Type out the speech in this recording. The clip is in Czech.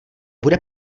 bude